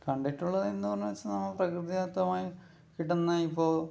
കണ്ടിട്ടുള്ളത് എന്ന് പറഞ്ഞു വെച്ചാൽ നമുക്ക് പ്രകൃതിദത്തമായി കിട്ടുന്ന ഇപ്പോൾ